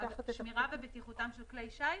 "שמירתם ובטיחותם של כלי שיט"?